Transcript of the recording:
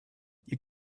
you